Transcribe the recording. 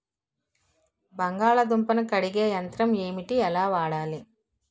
బంగాళదుంప ను కడిగే యంత్రం ఏంటి? ఎలా వాడాలి?